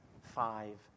five